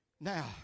Now